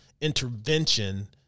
intervention